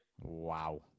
Wow